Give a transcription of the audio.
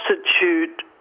substitute